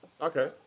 Okay